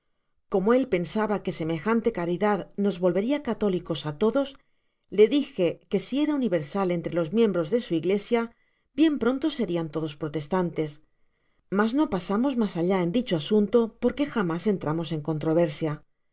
como él pensaba que semejante caridad nos volveria católicos á todos le dije que si era universal entre los miembros de su iglesia bien pronto serian todos protestantes mas no pasamos mas allá en dicho asunto porque jamás entrabamos en controversia